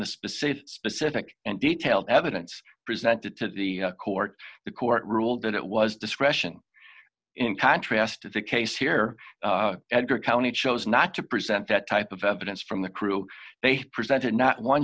a specific specific and detailed evidence presented to the court the court ruled that it was discretion in contrast to the case here edgar county chose not to present that type of evidence from the crew they presented not one